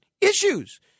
issues